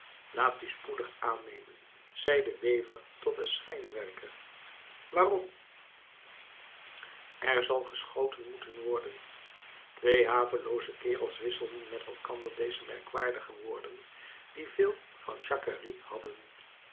laat u spoedig aannemen zei een wever tot een schrijnwerker waarom er zal geschoten moeten worden twee havelooze kerels wisselden met elkander deze merkwaardige woorden die veel van jacquerie hadden